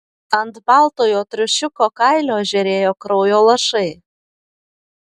ant baltojo triušiuko kailio žėrėjo kraujo lašai